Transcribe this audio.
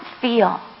feel